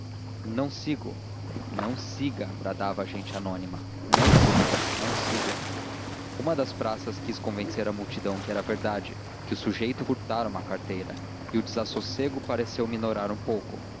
não sigo não siga bradava a gente anônima não siga não siga uma das praças quis convencer a multidão que era verdade que o sujeito furtara uma carteira e o desassossego pareceu minorar um pouco